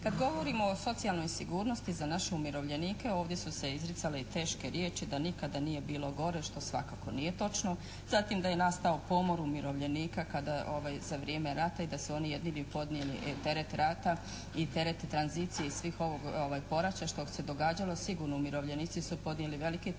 Kada govorimo o socijalnoj sigurnosti za naše umirovljenike ovdje su se izricale i teške riječi, da nikada nije bilo gore što svakako nije točno. Zatim da je nastao pomor umirovljenika kada, za vrijeme rata i da su oni jedini podnijeli teret rata i teret tranzicije i svih ovih poraća što se događalo. Sigurno umirovljenici su podnijeli veliki teret,